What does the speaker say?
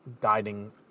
guiding